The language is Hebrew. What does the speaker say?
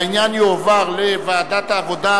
והעניין יועבר לוועדת העבודה,